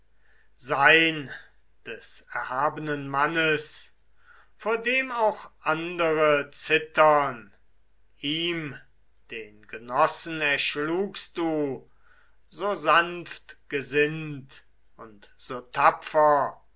sein des erhabenen mannes vor dem auch andere zittern ihm den genossen erschlugst du so sanftgesinnt und so tapfer